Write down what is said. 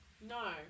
No